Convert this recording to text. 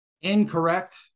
Incorrect